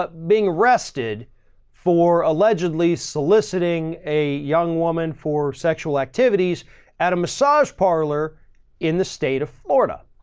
but being arrested for allegedly soliciting a young woman for sexual activities at a massage parlor in the state of florida.